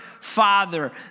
Father